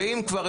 ואם כבר,